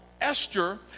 Esther